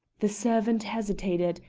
the servant hesitated,